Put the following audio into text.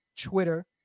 Twitter